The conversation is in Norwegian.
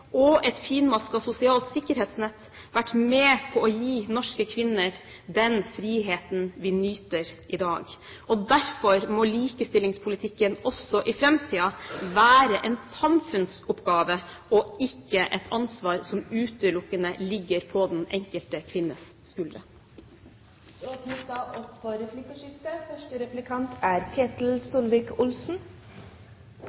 og et finmasket sosialt sikkerhetsnett vært med på å gi norske kvinner den friheten vi nyter i dag. Derfor må likestillingspolitikken også i framtiden være en samfunnsoppgave og ikke et ansvar som utelukkende ligger på den enkelte kvinnes skuldre. Det blir replikkordskifte. Helga Pedersen snakket mye om hva velferdsstaten har å tilby. Hun snakket veldig lite om hva velferdsstaten krever for